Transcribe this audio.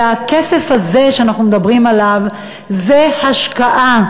שהכסף הזה שאנחנו מדברים עליו זה השקעה,